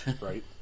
Right